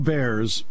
Bears